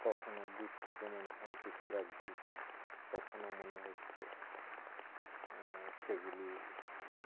কখনও দূর থেকে মনে হয় তুষার আবৃত কখনও মনে হচ্ছে সেগুলি